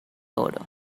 oro